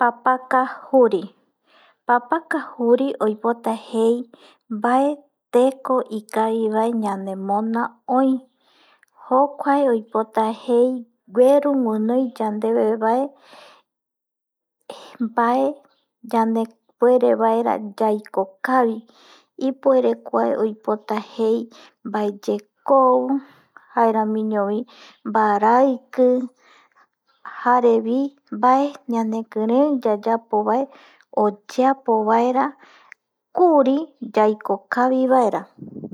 Papaka juri, papaka juri oipota jei mbae teko ikavivae ñanemona öi jokuae oipota jei geru guinoi yandeve vae mbae yandepuere vaera yande yaiko kavi, ipuere kuae oipota jei mbaeyekou jaeramiñovi mbaraiki jarevi mbae ñanekirei yayapovae oyeapo vaera kuri yaiko kavi vaera